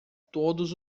todos